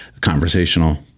conversational